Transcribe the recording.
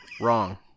Wrong